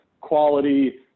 quality